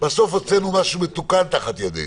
בסוף הוצאנו משהו מתוקן תחת ידינו.